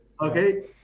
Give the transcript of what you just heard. okay